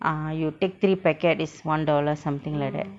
ah you take three packet it's one dollar something like that